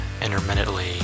intermittently